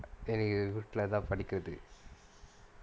எனக்கு வீட்லதான் படிக்கிறதுக்கு:enakku veetlathaan padikirathukku